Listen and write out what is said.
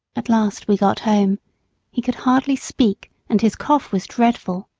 at last we got home he could hardly speak, and his cough was dreadful.